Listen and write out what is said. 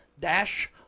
dash